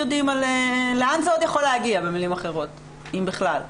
לאן זה עוד יכול להגיע, אם בכלל?